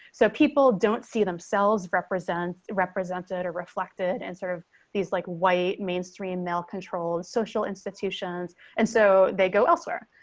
so people don't see themselves represents represents it are reflected and sort of these like white mainstream male control social institutions and so they go elsewhere.